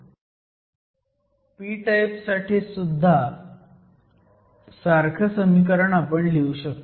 p type साठी पण सारखं समीकरण लिहू शकतो